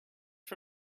for